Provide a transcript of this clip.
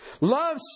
Love